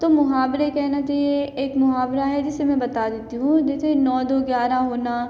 तो मुहावरे कहना चाहिए एक मुहावरा है जैसे मैं बता देती हूँ जैसे नौ दो ग्यारह होना